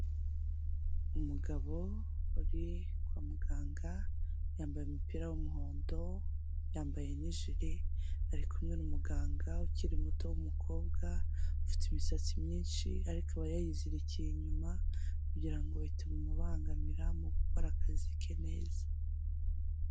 Umugabo uri kwa muganga yambaye umupira w'umuhondo, yambaye n'ijire, ari kumwemwe n'umuganga ukiri muto w'umukobwa ufite imisatsi myinshi ariko aba yayizirikiye inyuma kugira ngo itamubangamira mu gukora akazi ke neza.